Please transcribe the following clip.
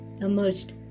emerged